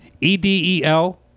E-D-E-L